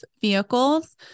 vehicles